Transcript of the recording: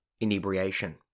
inebriation